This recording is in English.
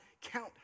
count